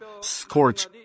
scorch